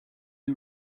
the